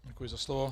Děkuji za slovo.